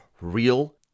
real